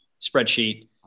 spreadsheet